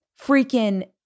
freaking